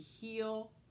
heal